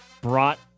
brought